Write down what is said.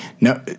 no